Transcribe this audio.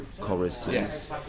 choruses